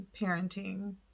parenting